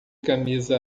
camisa